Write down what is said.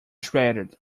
shredded